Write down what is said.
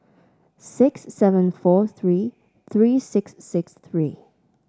six seven four three three six six three